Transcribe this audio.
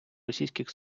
російських